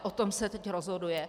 O tom se teď rozhoduje.